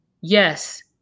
yes